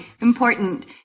important